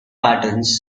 patterns